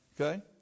Okay